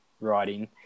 writing